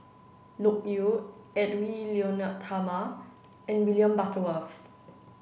Loke Yew Edwy Lyonet Talma and William Butterworth